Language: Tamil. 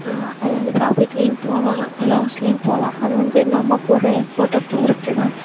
அதாவது ப்ராஃபிட்லியும் போகலாம் லாஸ்லையும் போகலாம் அது வந்து நம்ம போடுற எஃபோர்டை பொருத்துதான்